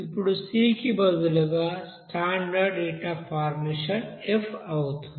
ఇప్పుడు c కి బదులుగా standard heat of formation f అవుతుంది